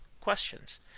questions